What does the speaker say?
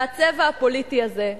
והצבע הפוליטי הזה,